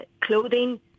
clothing